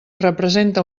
representa